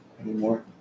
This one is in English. anymore